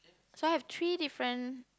so I have three different